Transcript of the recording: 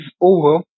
over